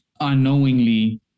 unknowingly